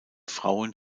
frauen